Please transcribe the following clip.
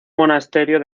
monasterio